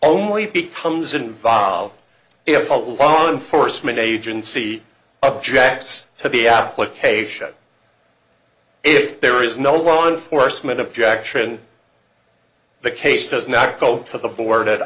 only becomes involved if i will run foresman agency objects to the application if there is no law enforcement objection the case does not go to the board at